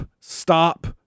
stop